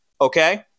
okay